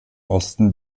osten